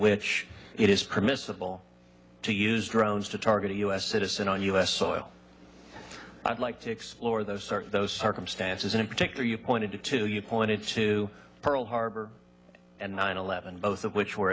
which it is permissible to use drones to target a u s citizen on u s soil i'd like to explore those sort of those circumstances in particular you pointed to to you pointed to pearl harbor and nine eleven both of which were